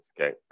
Okay